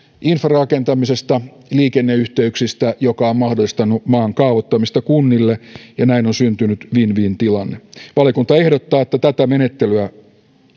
infran rakentamisesta liikenneyhteyksistä mikä on mahdollistanut maan kaavoittamista kunnille näin on syntynyt win win tilanne valiokunta ehdottaa että tätä menettelyä